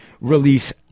release